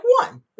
one